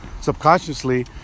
subconsciously